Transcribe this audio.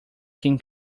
can